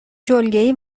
جلگهای